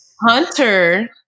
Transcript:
Hunter